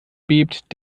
bebt